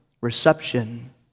reception